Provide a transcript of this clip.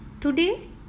Today